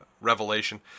revelation